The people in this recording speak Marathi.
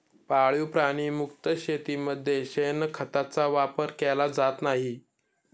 पाळीव प्राणी मुक्त शेतीमध्ये शेणखताचा वापर केला जात नाही